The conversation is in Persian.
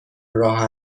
راه